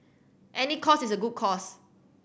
any cause is a good cause